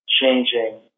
changing